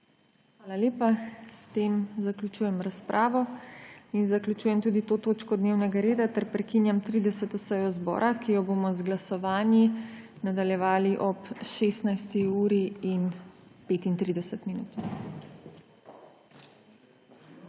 Hvala lepa. S tem zaključujem razpravo in zaključujem tudi to točko dnevnega reda ter prekinjam 30. sejo zbora, ki jo bomo z glasovanji nadaljevali ob 16.